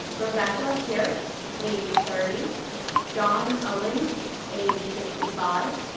rebecka pearce age thirty john owings age sixty five,